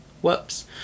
Whoops